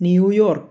New York